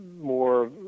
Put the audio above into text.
more